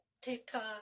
TikTok